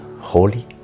Holy